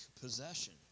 possession